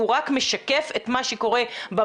הוא רק משקף את מה שקורה בבתים,